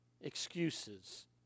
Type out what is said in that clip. excuses